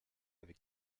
avec